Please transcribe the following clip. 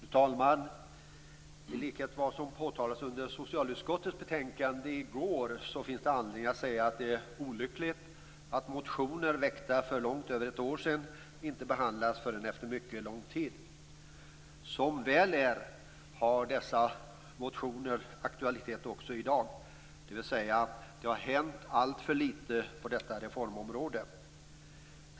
Fru talman! Precis som påtalades under behandlingen av socialutskottets betänkande i går, finns det anledning att säga att det är olyckligt att motioner väckta för långt över ett år sedan inte behandlas förrän nu, alltså efter mycket lång tid. Men dessa motioner har aktualitet också i dag. Det har hänt alltför litet på detta reformområde.